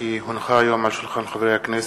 כי הונחו היום על שולחן הכנסת,